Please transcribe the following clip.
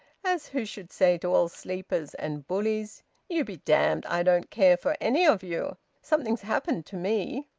as who should say to all sleepers and bullies you be damned! i don't care for any of you! something's happened to me.